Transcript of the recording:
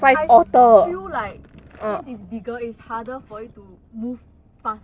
I feel like since it's bigger it's harder for it to move fast